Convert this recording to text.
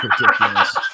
ridiculous